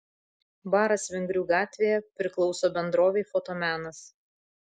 baras vingrių gatvėje priklauso bendrovei fotomenas